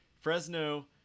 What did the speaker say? Fresno